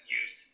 use